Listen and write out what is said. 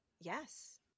Yes